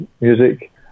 music